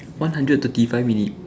one hundred thirty five minute